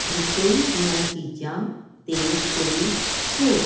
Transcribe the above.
ਰਸੋਈ ਦੀਆਂ ਚੀਜ਼ਾਂ 'ਤੇ ਕੋਈ ਛੋਟ